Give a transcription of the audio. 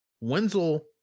Wenzel